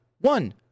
One